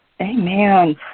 Amen